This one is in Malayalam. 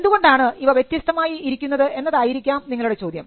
എന്തുകൊണ്ടാണ് ഇവ വ്യത്യസ്തമായി ഇരിക്കുന്നത് എന്നതായിരിക്കാം നിങ്ങളുടെ ചോദ്യം